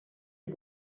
you